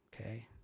Okay